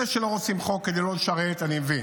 אלה שלא רוצים חוק כדי לא לשרת, אני מבין,